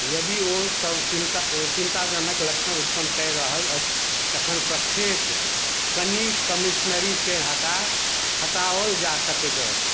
यदि ओ सभ चिन्ताजनक लक्षण उत्पन्न कऽ रहल अछि तखन प्रक्षेप कनी कमीश्नरी के हटाओल जा सकैत अछि